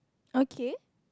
okay